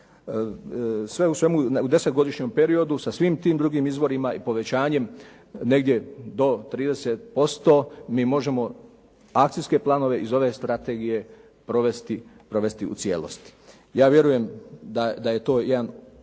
Sve u svemu u 10-godišnjem periodu sa svim tim drugim izvorima i povećanjem negdje do 30% mi možemo akcijske planove iz ove strategije provesti u cijelosti. Ja vjerujem da je to jedan